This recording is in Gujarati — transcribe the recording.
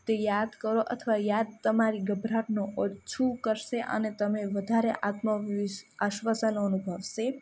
તે યાદ કરો અથવા યાદ તમારી ગભરાટને ઓછો કરશે અને તમે વધારે આત્મવિશ્વાસ આશ્વાસને અનુભવશો